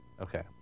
Okay